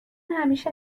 همیشه